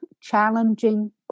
challenging